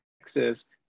Texas